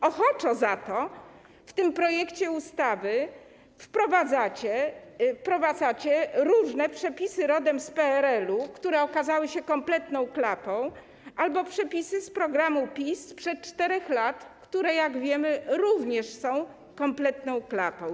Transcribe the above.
Ochoczo za to w tym projekcie ustawy wprowadzacie różne przepisy rodem z PRL-u, które okazały się kompletną klapą, albo przepisy z programu PiS sprzed 4 lat, które, jak wiemy, również są kompletną klapą.